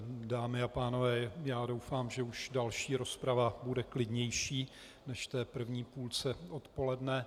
Dámy a pánové, já doufám, že už další rozprava bude klidnější než v té první půlce odpoledne.